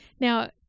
Now